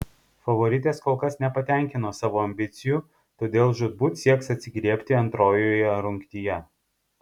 favoritės kol kas nepatenkino savo ambicijų todėl žūtbūt sieks atsigriebti antrojoje rungtyje